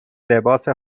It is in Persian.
لباس